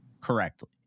correctly